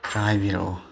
ꯈꯔ ꯍꯥꯏꯕꯤꯔꯛꯑꯣ